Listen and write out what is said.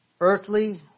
earthly